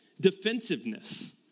Defensiveness